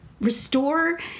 restore